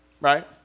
Right